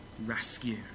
rescue